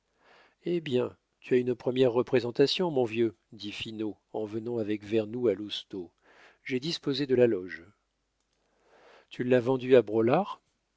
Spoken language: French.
hé bien tu as une première représentation mon vieux dit finot en venant avec vernou à lousteau j'ai disposé de la loge tu l'as vendue à braulard